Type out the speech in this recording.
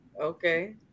okay